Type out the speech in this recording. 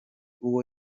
uwo